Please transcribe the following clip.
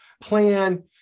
plan